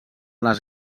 les